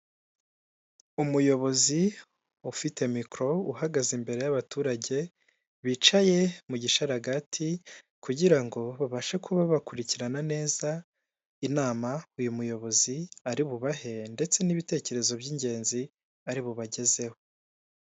Umuyobozi ufite mikoro uhagaze imbere y'abaturage bicaye mu gishararaga kugira ngo babashe kuba bakurikirana neza inama uyu muyobozi ari bubahe ndetse n'ibitekerezo by'ingenzi ari bubagezeho.